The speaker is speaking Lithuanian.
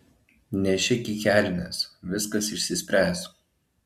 nešik į kelnes viskas išsispręs